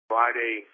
Friday